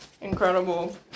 Incredible